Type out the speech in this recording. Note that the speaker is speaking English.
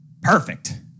perfect